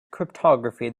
cryptography